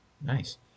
Nice